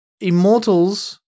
Immortals-